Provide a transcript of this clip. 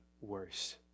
worse